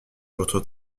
votre